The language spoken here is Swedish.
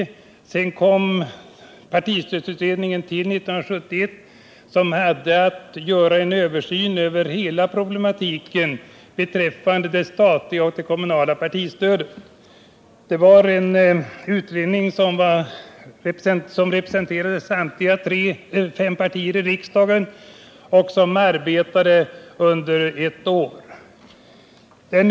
1971 tillsattes partistödsutredningen, som hade att göra en översyn av hela problematiken när det gäller det statliga och kommunala partistödet. I utredningen var samtliga fem partier i riksdagen representerade, och utredningen arbetade under ett år.